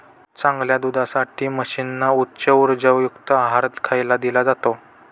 चांगल्या दुधासाठी म्हशींना उच्च उर्जायुक्त आहार खायला दिला जातो